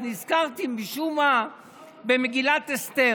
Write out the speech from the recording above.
אז נזכרתי משום מה במגילת אסתר.